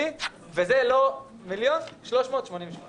זה 1.388 מיליון שקל.